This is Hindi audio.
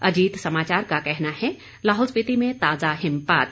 अजीत समाचार का कहना है लाहौल स्पीति में ताजा हिमपात